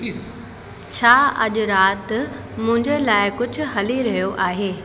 छा अॼु राति मुंहिंजे लाइ कुझु हली रहियो आहे